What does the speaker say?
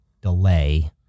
delay